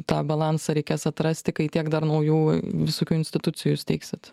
tą balansą reikės atrasti kai tiek dar naujų visokių institucijų steigsit